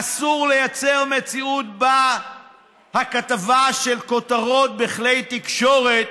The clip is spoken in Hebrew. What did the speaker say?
אסור לייצר מציאות של הכתבה של כותרות בכלי תקשורת